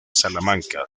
salamanca